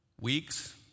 weeks